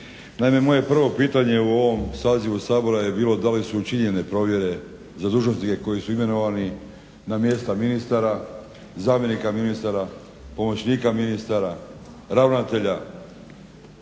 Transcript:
moje prvo pitanje u ovom sazivu Sabora je bilo da li su učinjene provjere za dužnosnike koji su imenovani na mjesta ministara, zamjenika ministara, pomoćnika ministara, ravnatelja,